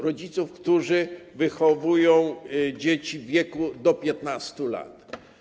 Rodziców, którzy wychowują dzieci w wieku do 15 lat.